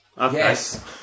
Yes